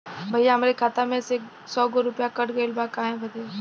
भईया हमरे खाता में से सौ गो रूपया कट गईल बा काहे बदे?